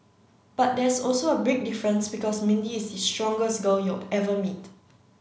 but there's also a big difference because Mindy is the strongest girl you'll ever meet